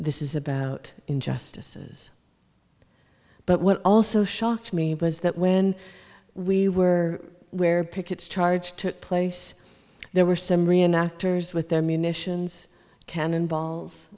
this is about injustices but what also shocked me was that when we were where pickett's charge took place there were some reenact errors with their munitions cannonballs